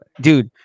dude